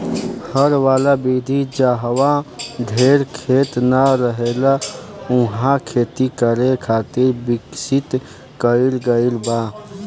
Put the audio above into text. हर वाला विधि जाहवा ढेर खेत ना रहेला उहा खेती करे खातिर विकसित कईल गईल बा